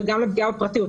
אבל גם לפגיעה בפרטיות,